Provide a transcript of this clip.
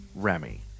Remy